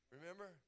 Remember